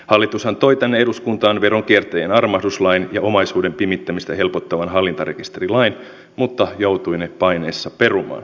hallitushan toi tänne eduskuntaan veronkiertäjien armahduslain ja omaisuuden pimittämistä helpottavan hallintarekisterilain mutta joutui ne paineissa perumaan